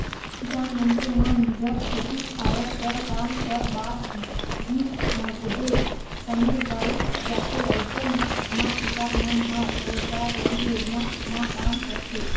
किसान मइनसे मन जग खेती खायर कर काम कर बाद भी नगदे समे बाएच जाथे अइसन म किसान मन ह रोजगार गांरटी योजना म काम करथे